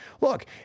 Look